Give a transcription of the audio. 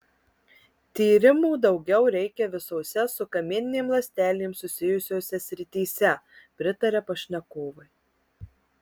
tyrimų daugiau reikia visose su kamieninėm ląstelėm susijusiose srityse pritaria pašnekovai